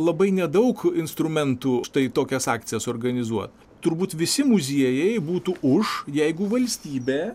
labai nedaug instrumentų štai tokias akcijas organizuo turbūt visi muziejai būtų už jeigu valstybė